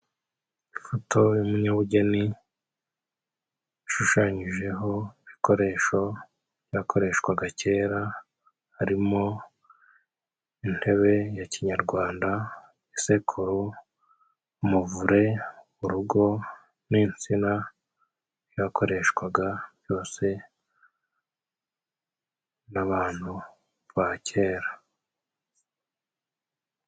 Ifoto y'umunyabugeni, yashushanyijeho ibikoresho byakoreshwaga kera, harimo intebe ya kinyarwanda, isekuru, umuvure, urugo, n'insina, byakoreshwaga byose n'abantu ba kera.